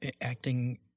acting